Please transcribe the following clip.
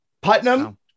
Putnam